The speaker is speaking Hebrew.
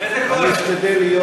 אני אשתדל להיות,